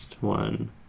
one